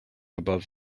above